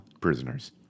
Prisoners